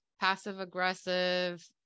passive-aggressive